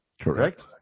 Correct